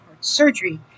surgery